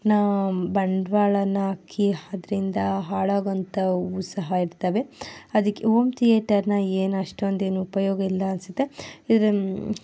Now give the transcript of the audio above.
ಬಂಡವಾಳನ ಹಾಕಿ ಅದರಿಂದ ಹಾಳಾಗೋವಂಥವು ಸಹ ಇರ್ತವೆ ಅದಕ್ಕೆ ಓಮ್ ತಿಯೇಟರ್ನ ಏನು ಅಷ್ಟೊಂದು ಏನೂ ಉಪಯೋಗ ಇಲ್ಲ ಅನ್ನಿಸುತ್ತೆ ಇದನ್ನು